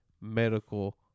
medical